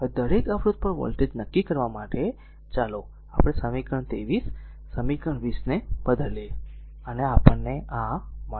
હવે દરેક અવરોધ પર વોલ્ટેજ નક્કી કરવા માટે ચાલો આપણે સમીકરણ 23 સમીકરણ 20 ને બદલીએ અને આપણને મળશે